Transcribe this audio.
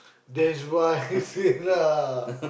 there's what I hate say lah